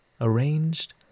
arranged